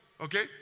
okay